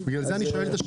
בגלל זה אני שואל את השאלה.